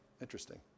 Interesting